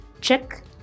check